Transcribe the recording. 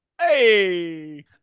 Hey